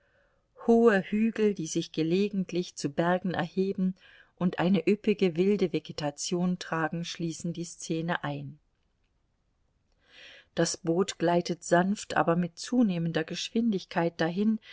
hohe hügel die sich gelegentlich zu bergen erheben und eine üppige wilde vegetation tragen schließen die szene ein das boot gleitet sanft aber mit zunehmender geschwindigkeit dahin